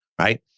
right